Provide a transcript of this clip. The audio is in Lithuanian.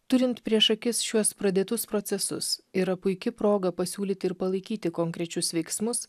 turint prieš akis šiuos pradėtus procesus yra puiki proga pasiūlyti ir palaikyti konkrečius veiksmus